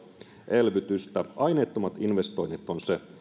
elvytystä aineettomat investoinnit on se